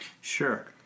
Sure